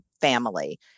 family